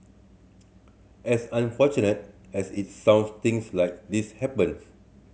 as unfortunate as it sounds things like this happens